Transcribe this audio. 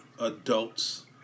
adults